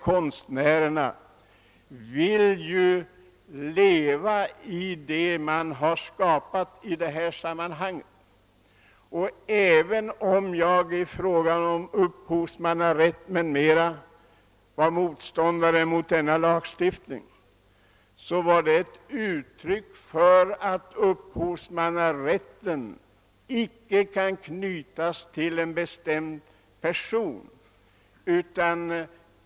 Konstnären vill leva i det han skapat. Jag var visserli-+ gen motståndare till lagen om upphovsrätt, men det var ett uttryck för att den rätten inte alltid kan knytas till en viss person.